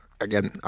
Again